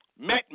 met